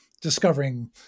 discovering